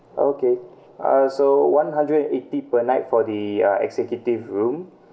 okay uh so one hundred eighty per night for the uh executive room